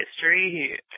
history